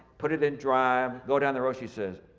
put it in drive go down the road, she says,